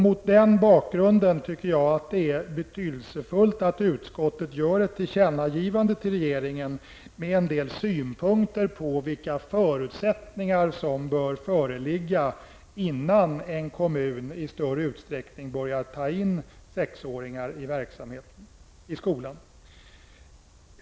Mot den bakgrunden tycker jag att det är betydelsefullt att utskottet gör ett tillkännagivande till regeringen med en del synpunkter på vilka förutsättningar som bör föreligga innan en kommun i större utsträckning börjar ta in sexåringar i skolan.